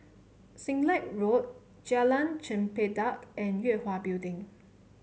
Siglap Road Jalan Chempedak and Yue Hwa Building